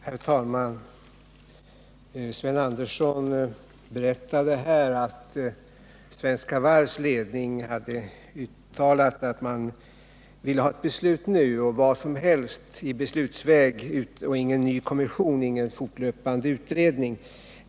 Herr talman! Sven Andersson i Örebro berättade här att Svenska Varvs ledning hade uttalat att den ville ha ett beslut nu — vad som helst i beslutsväg hellre än en ny kommission, ingen fortlöpande utredning.